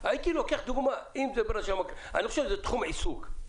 זה תחום עיסוק.